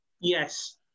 Yes